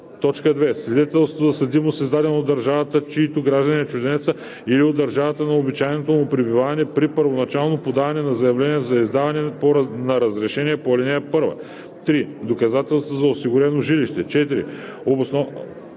години; 2. свидетелство за съдимост, издадено от държавата, чийто гражданин е чужденецът, или от държавата на обичайното му пребиваване – при първоначално подаване на заявление за издаване на разрешение по ал. 1; 3. доказателства за осигурено жилище; 4. обосновка